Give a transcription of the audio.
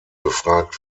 befragt